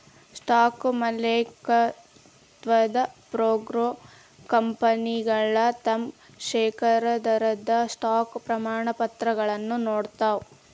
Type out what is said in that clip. stock ಮಾಲೇಕತ್ವದ ಪ್ರೂಫ್ಗೆ ಕಂಪನಿಗಳ ತಮ್ ಷೇರದಾರರಿಗೆ ಸ್ಟಾಕ್ ಪ್ರಮಾಣಪತ್ರಗಳನ್ನ ನೇಡ್ತಾವ